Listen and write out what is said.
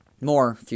More